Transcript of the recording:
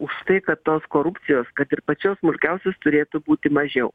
už tai kad tos korupcijos kad ir pačios smulkiausios turėtų būti mažiau